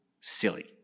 Silly